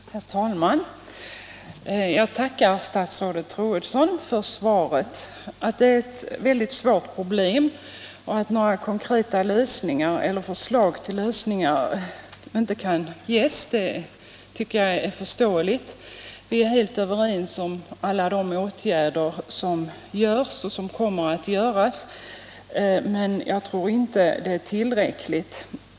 Herr talman! Jag tackar statsrådet Troedsson för svaret. Att detta är ett väldigt svårt problem och att några konkreta lösningar eller förslag till lösningar inte kan ges är förståeligt. Vi är helt överens om alla de åtgärder som vidtas och kommer att vidtas, men jag tror inte att de är tillräckliga.